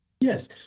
yes